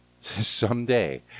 Someday